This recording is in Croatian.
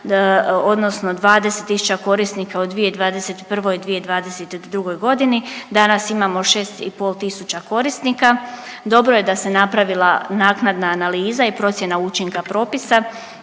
odnosno 20 000 korisnika u 2021., 2022. godini. Danas imamo 6 i pol tisuća korisnika. Dobro je da se napravila naknadna analiza i procjena učinka propisa